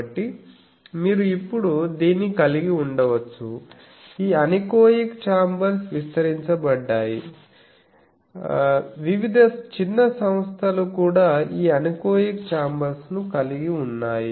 కాబట్టి మీరు ఇప్పుడు దీన్ని కలిగి ఉండవచ్చు ఈ అనెకోయిక్ చాంబర్స్ విస్తరించబడ్డాయి వివిధ చిన్న సంస్థలు కూడా ఈ అనెకోయిక్ చాంబర్స్ ను కలిగి ఉన్నాయి